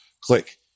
click